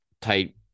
tight